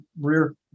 rear